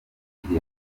ukiri